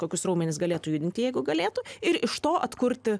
kokius raumenis galėtų judint jeigu galėtų ir iš to atkurti